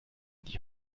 die